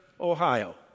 Ohio